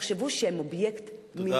תחשבו שהם אובייקט מיני.